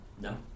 no